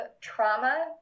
trauma